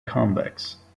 convex